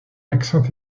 accent